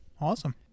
Awesome